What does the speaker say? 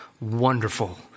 wonderful